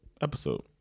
episode